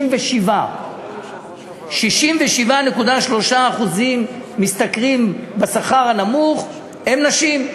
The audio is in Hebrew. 66%. 67.3% מהמשתכרים שכר הנמוך הם נשים.